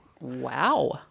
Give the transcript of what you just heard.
Wow